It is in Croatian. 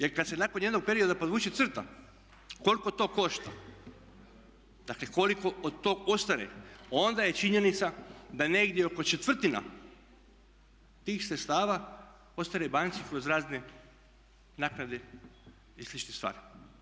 Jer kad se nakon jednog perioda podvuče crta koliko to košta, dakle koliko od tog ostane, onda je činjenica da negdje oko četvrtina tih sredstava ostane banci kroz razne naknade i slične stvari.